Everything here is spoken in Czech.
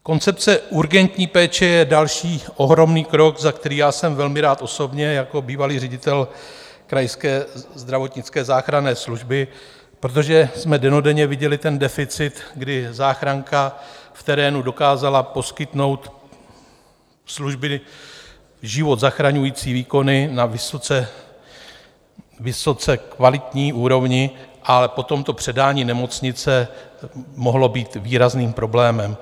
Koncepce urgentní péče je další ohromný krok, za který já jsem velmi rád osobně jako ředitel krajské zdravotnické záchranné služby, protože jsme dennodenně viděli ten deficit, kdy záchranka v terénu dokázala poskytnout služby, život zachraňující výkony, na vysoce kvalitní úrovni, ale potom to předání do nemocnice mohlo být výrazným problémem.